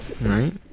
right